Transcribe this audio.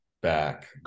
Back